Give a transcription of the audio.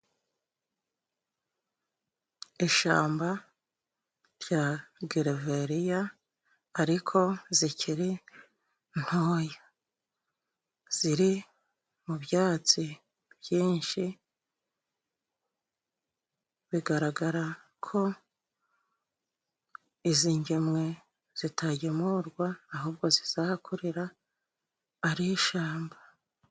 Ishamba rya gereveriya ariko zikiri ntoya ziri mubyatsi byinshi. Bigaragara ko izi ngemwe zitagemurwa ahubwo zizahakurira ari ishamba.